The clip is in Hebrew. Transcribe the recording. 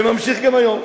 וממשיך גם היום.